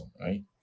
right